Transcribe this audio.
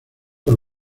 por